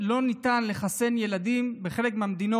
בחלק מהמדינות לא ניתן לחסן ילדים עד